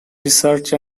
research